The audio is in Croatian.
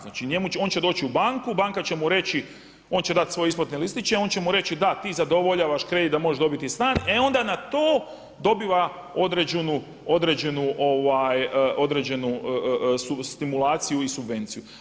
Znači on će doći u banku, banka će mu reći, on će dati svoje isplatne listiće, on će mu reći, da ti zadovoljavaš kredit da možeš dobiti stan, e onda na to dobiva određenu stimulaciju i subvenciju.